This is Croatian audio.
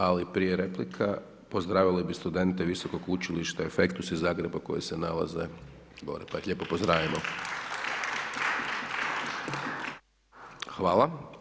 Ali prije replika pozdravili bi studente Visokog učilišta „Efektus“ iz Zagreba koji se nalaze gore, pa ih lijepo pozdravimo. … hvala.